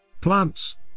Plants